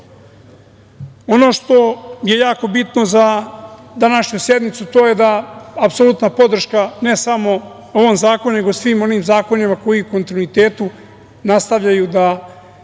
što je jako bitno za današnju sednicu, to je da apsolutna podrška ne samo ovom zakonu, nego svim onim zakonima koji u kontinuitetu nastavljaju da